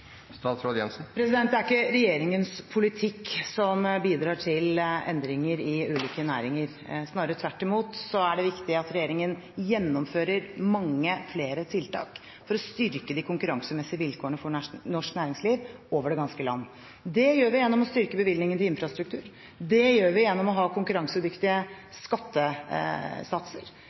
Det er ikke regjeringens politikk som bidrar til endringer i ulike næringer. Snarere tvert imot er det viktig at regjeringen gjennomfører mange flere tiltak for å styrke de konkurransemessige vilkårene for norsk næringsliv over det ganske land. Det gjør vi gjennom å styrke bevilgningene til infrastruktur, det gjør vi gjennom å ha konkurransedyktige skattesatser,